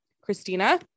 Christina